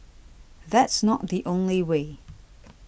that's not the only way